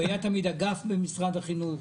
הוא היה תמיד אגף במשרד החינוך.